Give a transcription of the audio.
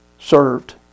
served